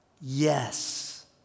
Yes